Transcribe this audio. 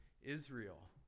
Israel